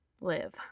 live